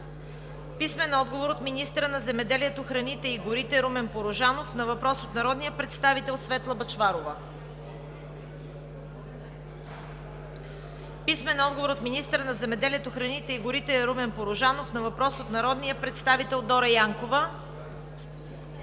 Бъчварова; - министъра на земеделието, храните и горите Румен Порожанов на въпрос от народния представител Светла Бъчварова; - министъра на земеделието, храните и горите Румен Порожанов на въпрос от народния представител Дора Янкова;